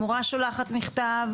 המורה שולחת מכתב.